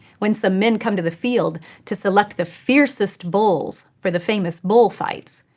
when some men come to the field to select the fiercest bulls for the famous bull fights,